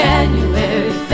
January